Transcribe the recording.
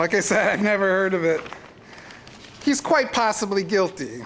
like i said i've never heard of it he's quite possibly guilty